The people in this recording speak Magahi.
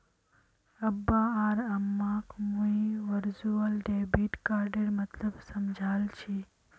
अब्बा आर अम्माक मुई वर्चुअल डेबिट कार्डेर मतलब समझाल छि